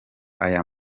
aya